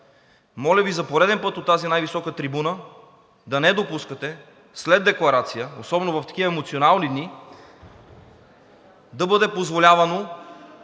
моля Ви, за пореден път от тази най-висока трибуна, да не допускате след декларация, особено в такива емоционални дни, да бъде позволявано